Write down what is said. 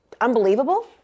Unbelievable